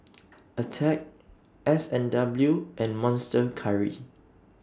Attack S and W and Monster Curry